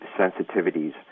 sensitivities